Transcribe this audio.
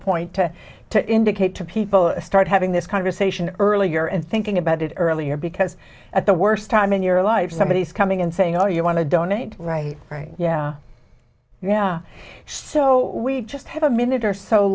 point to to indicate to people start having this conversation earlier and thinking about it earlier because at the worst time in your life somebody is coming and saying oh you want to donate right right yeah yeah so we just have a minute or so